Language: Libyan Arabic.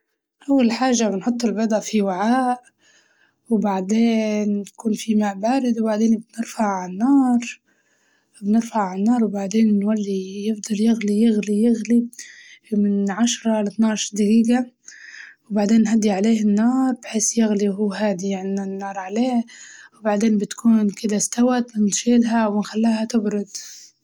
أول حاجة بنحط البيضة في وعاء وبعدين يكون في ماء بارد وبعدين نرفعه على النار، بنرفعه ع النار وبعدين نولي يفضل يغلي يغلي يغلي من عشرة لاثنى عشر دقيقة وبعدين نهدي عليه النار بحيس يغلي وهو هادية يعني النار عليه، بعدين بتكون كدة استوت بنشيلها وبنخليها تبرد.